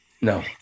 No